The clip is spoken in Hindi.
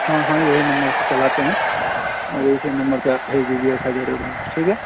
हाँ हाँ यही नम्बर से चलाते हैं और इसी नम्बर पर आप भेज दीजिए एक हज़ार एडव्हांस ठीक है